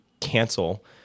cancel